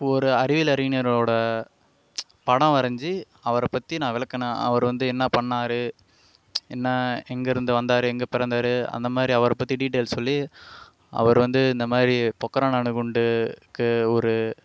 ஒரு அறிவியல் அறிஞர்களவோட படம் வரைஞ்சி அவரை பற்றி நான் விளக்குனன் அவரு வந்து என்ன பண்ணார் என்ன எங்கேருந்து வந்தார் எங்கே பிறந்தார் அந்தமாதிரி அவரை பற்றி டிடையல்ஸ் சொல்லி அவரு வந்து இந்த மாதிரி பொக்ரான் அணுகுண்டுக்கு ஒரு